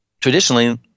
traditionally